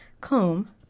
comb